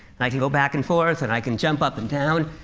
and i can go back and forth and i can jump up and down.